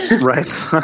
Right